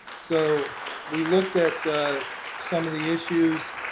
so we looked at some of the issues